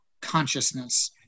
consciousness